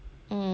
mm